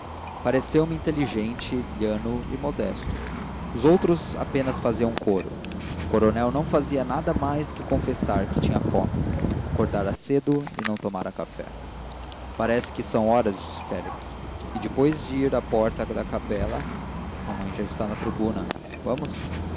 deferência pareceu-me inteligente lhano e modesto os outros apenas faziam coro o coronel não fazia nada mais que confessar que tinha fome acordara cedo e não tomara café parece que são horas disse félix e depois de ir à porta da capela mamãe já está na tribuna vamos